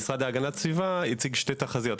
המשרד להגנת הסביבה הציג שתי תחזיות,